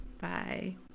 bye